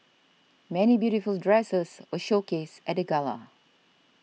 many beautiful dresses were showcased at gala